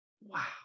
Wow